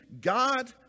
God